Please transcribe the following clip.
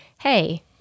Hey